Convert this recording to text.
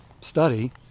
study